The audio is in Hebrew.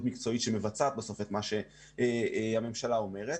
מקצועית שמבצעת בסוף את מה שהממשלה אומרת,